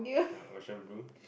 ah ocean blue